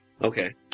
Okay